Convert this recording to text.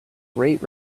great